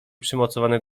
przymocowane